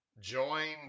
join